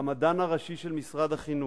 כמדען הראשי של משרד החינוך,